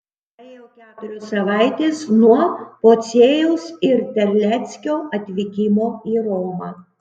praėjo keturios savaitės nuo pociejaus ir terleckio atvykimo į romą